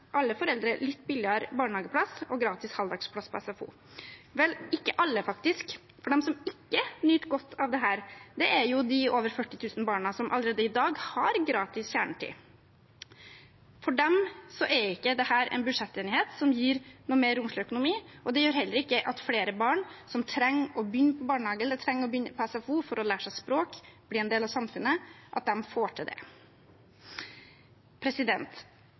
alle foreldre litt billigere barnehageplass og gratis halvdagsplass på SFO – vel, ikke alle, faktisk, for de som ikke nyter godt av dette, er de over 40 000 barna som allerede i dag har gratis kjernetid. For dem er ikke dette en budsjettenighet som gir noe romsligere økonomi, og det gjør heller ikke at flere barn som trenger å begynne i barnehage eller på SFO for å lære seg språk og bli en del av samfunnet, får til det.